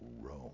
Rome